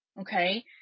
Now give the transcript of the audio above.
okay